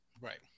Right